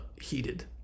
heated